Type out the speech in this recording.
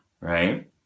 right